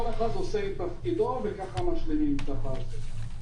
כל אחד עושה את תפקידו וככה משלימים את הפאזל.